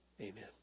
Amen